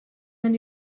nan